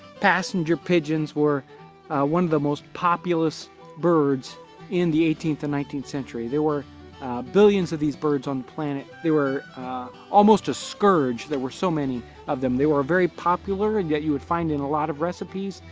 passenger pigeons were one of the most populous birds in the eighteenth and nineteenth century. there were billions of these birds on the planet. they were almost a scourge there were so many of them. they were very popular and yet you would find them in a lot of recipes.